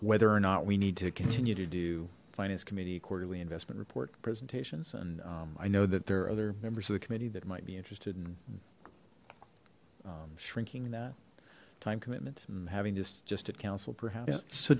whether or not we need to continue to do finance committee quarterly investment report presentations and i know that there are other members of the committee that might be interested in shrinking that time commitment and having just just a council perhaps so